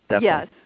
yes